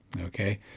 okay